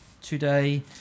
today